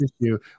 issue